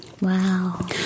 Wow